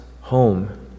home